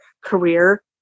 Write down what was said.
career